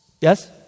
Yes